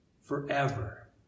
forever